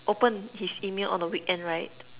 open his email on the weekend right